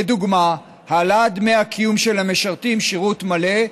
לדוגמה, העלאת דמי הקיום של המשרתים שירות מלא,